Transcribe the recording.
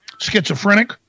schizophrenic